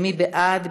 מי בעד?